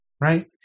right